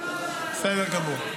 --- בסדר גמור.